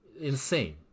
Insane